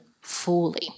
fully